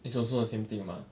it's also the same thing mah